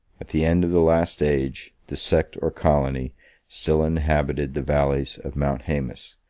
at the end of the last age, the sect or colony still inhabited the valleys of mount haemus,